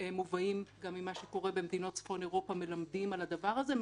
שמובאים גם ממה שקורה במדינות צפון אירופה מלמדים על הדבר הזה,